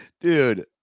Dude